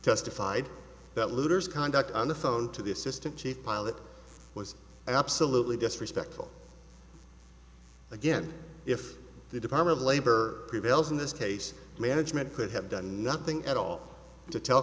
testified that looters conduct on the phone to the assistant chief pilot was absolutely disrespectful again if the department of labor prevails in this case management could have done nothing at all to tell